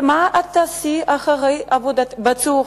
ומה את תעשי אחרי הצהריים,